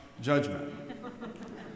judgment